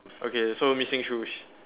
okay so missing shoes